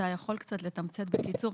אתה יכול קצת לתמצת בקיצור,